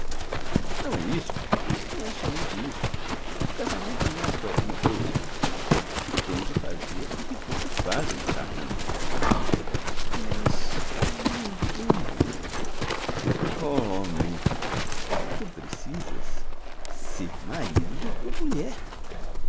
não é isto rapaz não é somente isso o casamento é mais que alguma cousa tu tens de fazer o que todos fazem caramba mas não entendo o homem tu precisas ser marido de tua mulher